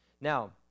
Now